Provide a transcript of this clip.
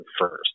first